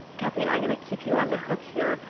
kathleen, i'm going to keep you on the hook here.